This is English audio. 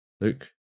Luke